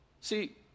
See